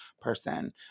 person